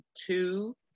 two